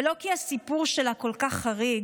ולא כי הסיפור שלה כל כך חריג.